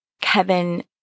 Kevin